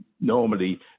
normally